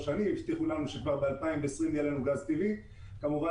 שנים והבטיחו לנו שכבר ב-2020 יהיה לנו גז טבעי וכאמור,